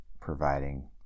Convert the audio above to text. providing